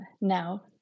now